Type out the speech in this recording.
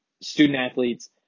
student-athletes